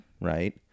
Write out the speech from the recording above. Right